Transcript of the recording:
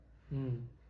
mm